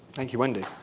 thank you, wendy.